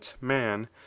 man